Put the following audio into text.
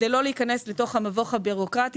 כדי לא להיכנס לתוך המבוך הבירוקרטי